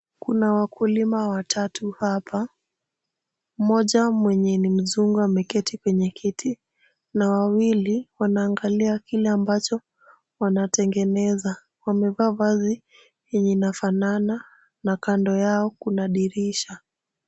Kuna wakulima watatu hapa, mmoja mwenye ni mzungu ameketi kwenye kiti na wawili wanaangalia kile ambacho wanatengeneza. Wamevaa vazi yenye inafanana na kando yao kuna dirisha.